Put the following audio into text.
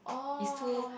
is too